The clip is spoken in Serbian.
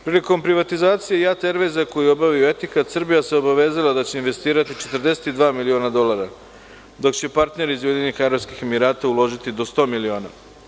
Prilikom privatizacije „Jat Ervejza“, koju je obavio „Etihad“, Srbija se obavezala da će investirati 42 miliona dolara, dok će partner iz UAE uložiti do 100 miliona.